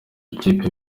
ikipe